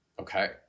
Okay